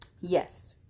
yes